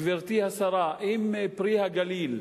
גברתי השרה, אם "פרי הגליל"